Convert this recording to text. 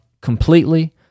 completely